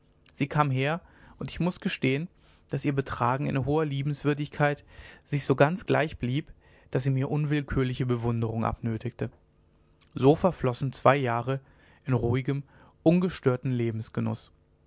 sie kam her und ich muß gestehen daß ihr betragen in hoher liebenswürdigkeit sich so ganz gleich blieb daß sie mir unwillkürliche bewunderung abnötigte so verflossen zwei jahre in ruhigem ungestörten